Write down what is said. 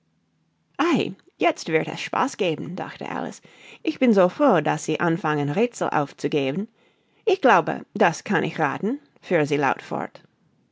jetzt wird es spaß geben dachte alice ich bin so froh daß sie anfangen räthsel aufzugeben ich glaube das kann ich rathen fuhr sie laut fort